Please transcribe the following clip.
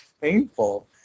painful